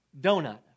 donut